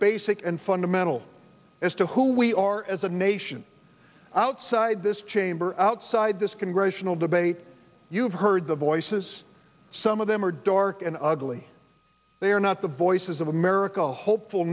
basic and fundamental as to who we are as a nation outside this chamber outside this congressional debate you've heard the voices some of them are dark and ugly they are not the voices of america hopeful